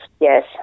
yes